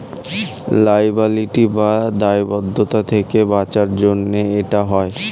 liability বা দায়বদ্ধতা থেকে বাঁচাবার জন্য এটা হয়